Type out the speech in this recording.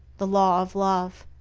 the law of love.